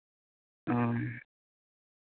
ᱚ